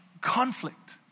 conflict